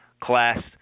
Class